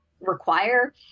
require